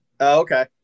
okay